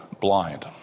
blind